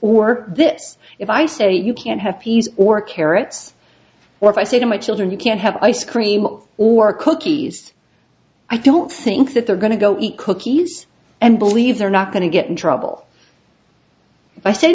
this if i say you can't have peas or carrots or if i say to my children you can't have ice cream or cookies i don't think that they're going to go eat cookies and believe they're not going to get in trouble